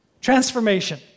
Transformation